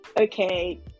okay